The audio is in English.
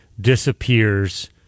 disappears